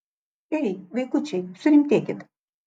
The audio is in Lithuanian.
ei vaikučiai surimtėkit